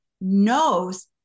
knows